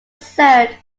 served